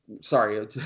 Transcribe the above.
Sorry